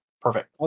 perfect